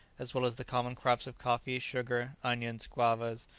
as well as the common crops of coffee, sugar, onions, guavas,